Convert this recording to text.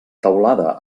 teulada